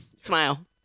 Smile